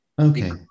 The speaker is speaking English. Okay